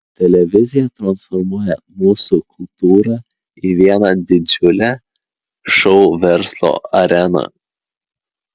televizija transformuoja mūsų kultūrą į vieną didžiulę šou verslo areną